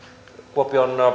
kuopion